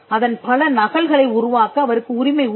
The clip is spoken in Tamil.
அதன் பல நகல்களை உருவாக்க அவருக்கு உரிமை உண்டு